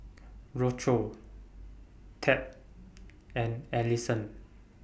Tab and Ellison